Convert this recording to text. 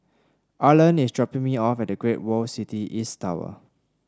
Arland is dropping me off at Great World City East Tower